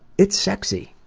it's sexy.